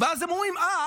ואז הם אומרים: אה,